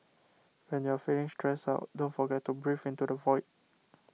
when you are feeling stressed out don't forget to breathe into the void